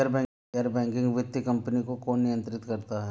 गैर बैंकिंग वित्तीय कंपनियों को कौन नियंत्रित करता है?